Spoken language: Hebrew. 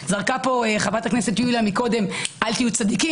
זרקה פה חברת הכנסת יוליה מקודם: אל תהיו צדיקים,